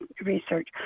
research